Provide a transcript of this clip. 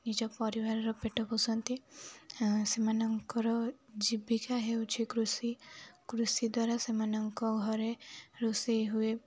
ନିଜ ପରିବାରର ପେଟ ପୋଷନ୍ତି ସେମାନଙ୍କର ଜୀବିକା ହେଉଛି କୃଷି କୃଷି ଦ୍ୱାରା ସେମାନଙ୍କ ଘରେ ରୋଷେଇ ହୁଏ